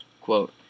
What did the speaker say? Quote